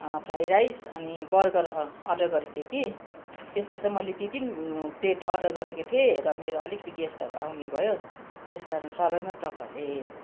fry rice अनि burger अँ order गरेको थिएँ कि त्यसमा चाहिँ मैले तिन तिन प्लेट अर्डर गरेको थिएँ र मेरो अलिकति गेस्टहरू आउने भयो त्यस कारण सबैमा तपाईँहरूले